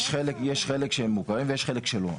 יש חלק שהם מוכרים ויש חלק שלא,